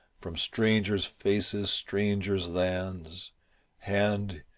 from strangers' faces, strangers' lands hand,